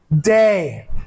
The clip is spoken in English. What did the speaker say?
day